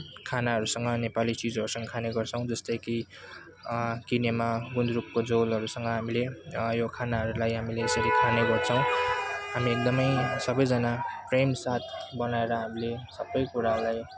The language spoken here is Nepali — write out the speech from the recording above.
खानाहरूसँग नेपाली चिजहरूसँग खाने गर्छौँ जस्तै कि किनेमा गुन्द्रुकको झोलहरूसँग हामीले यो खानाहरूलाई हामीले यसरी खाने गर्छौँ हामी एकदमै सबैजना प्रेमसाथ बनाएर हामीले सबैकुराहरूलाई